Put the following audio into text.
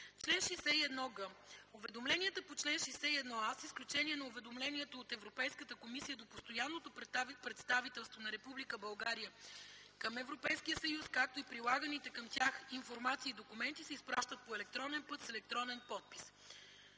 Чл. 61г. Уведомленията по чл. 61а, с изключение на уведомлението от Европейската комисия до Постоянното представителство на Република България към Европейския съюз, както и прилаганите към тях информация и документи се изпращат по електронен път с електронен подпис.”